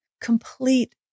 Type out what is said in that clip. complete